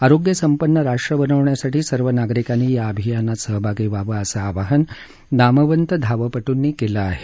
आरोग्य संपन्न राष्ट्र बनवण्यासाठी सर्व नागरिकांनी या अभियानात सहभागी व्हावं असं आवाहन नामवंत धावपटूंनी केलं आहे